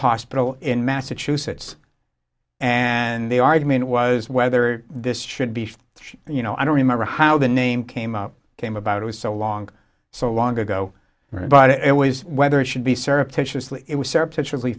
hospital in massachusetts and the argument was whether this should be you know i don't remember how the name came out came about it was so long so long ago but it was whether it should be serve to it was surreptitiously